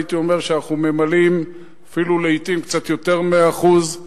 הייתי אומר שאנחנו ממלאים אפילו לעתים קצת יותר מהאחוז,